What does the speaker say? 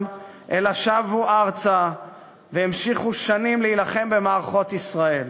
אלא שבו ארצה והמשיכו שנים להילחם במערכות ישראל.